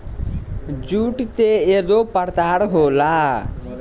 जुट के कइगो प्रकार होला